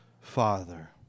Father